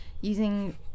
using